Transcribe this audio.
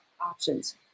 options